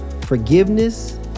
Forgiveness